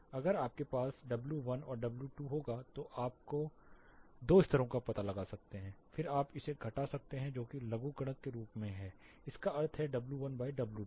अगर आपके पास डब्ल्यू 1 और डब्ल्यू 2 होगा तो आप दो स्तरों का पता लगा सकते हैं फिर आप इसे घटा सकते हैं जो कि लघुगणक के रूप से इसका अर्थ है W1 W2